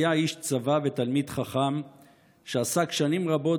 היה איש צבא ותלמיד חכם שעסק שנים רבות